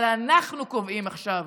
אבל אנחנו קובעים עכשיו,